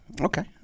Okay